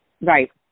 Right